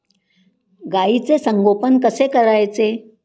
गाईचे संगोपन कसे करायचे?